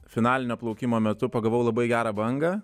finalinio plaukimo metu pagavau labai gerą bangą